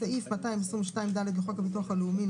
בסעיף 222ד לחוק הביטוח הלאומי ,